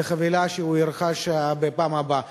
לחבילה שהוא ירכוש בפעם הבאה.